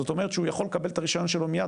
זאת אומרת שהוא יכול לקבל את הרישיון שלו מייד,